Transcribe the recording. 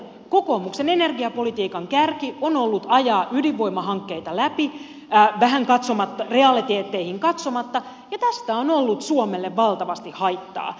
kokoomuksen energiapolitiikan kärki on ollut ajaa ydinvoimahankkeita läpi vähän realiteetteihin katsomatta ja tästä on ollut suomelle valtavasti haittaa